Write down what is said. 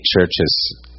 churches